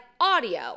audio